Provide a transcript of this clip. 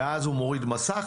ואז הוא מוריד מסך,